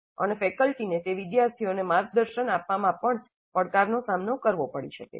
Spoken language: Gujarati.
અને ફેકલ્ટીને તે વિદ્યાર્થીઓને માર્ગદર્શન આપવામાં પણ પડકારનો સામનો કરવો પડી શકે છે